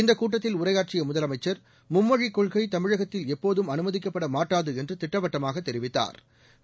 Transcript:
இந்த கூட்டத்தில் உரையாற்றிய முதலமைச்சி மும்மொழிக் கொள்கை தமிழகத்தில் எப்போதும் அனுமதிக்கப்பட மாட்டாது என்று திட்டவட்டமாகத் தெரிவித்தாா்